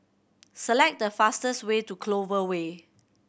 select the fastest way to Clover Way